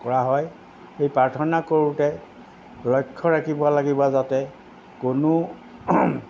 কৰা হয় এই প্ৰাৰ্থনা কৰোঁতে লক্ষ্য ৰাখিব লাগিব যাতে কোনো